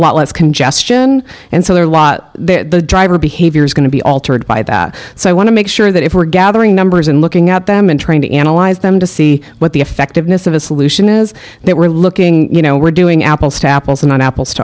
lot less congestion and so there are lot the driver behavior is going to be altered by that so i want to make sure that if we're gathering numbers and looking at them and trying to analyze them to see what the effectiveness of a solution is that we're looking you know we're doing apples to apples and apples